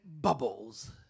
bubbles